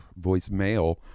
voicemail